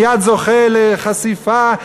מייד זוכה לחשיפה,